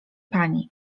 pani